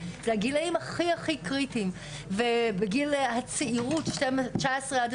זה הגילאים הכי הכי קריטיים ובגיל הצעירות 19-25,